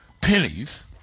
pennies